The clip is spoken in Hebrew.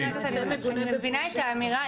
אני מבינה את האמירה,